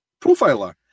profiler